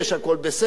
הכול בסדר,